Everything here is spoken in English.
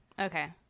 Okay